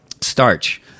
Starch